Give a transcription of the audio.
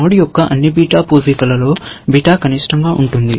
node యొక్క అన్ని beta పూర్వీకులలో బీటా కనిష్టంగా ఉంటుంది